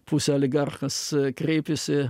pusė aligarchas kreipėsi